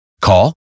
Call